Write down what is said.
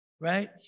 right